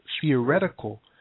theoretical